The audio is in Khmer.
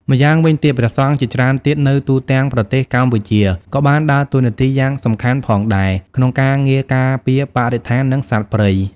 ម្យ៉ាងវិញទៀត ព្រះសង្ឃជាច្រើនទៀតនៅទូទាំងប្រទេសកម្ពុជាក៏បានដើរតួនាទីយ៉ាងសំខាន់ផងដែរ ក្នុងការងារការពារបរិស្ថាន និងសត្វព្រៃ។